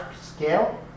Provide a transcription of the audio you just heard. scale